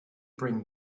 bring